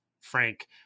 Frank